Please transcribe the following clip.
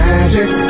Magic